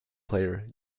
player